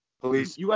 Police